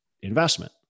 investment